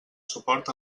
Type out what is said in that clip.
suport